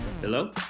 Hello